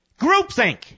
Groupthink